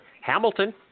Hamilton